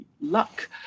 luck